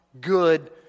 good